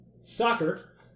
soccer